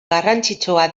garrantzitsua